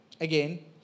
Again